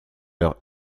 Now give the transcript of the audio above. leur